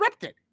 scripted